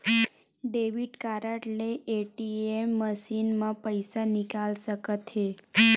debit card ले ATM machine म पइसा निकाल सकत हे